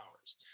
hours